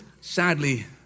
Sadly